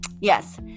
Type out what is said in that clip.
yes